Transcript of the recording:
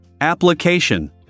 Application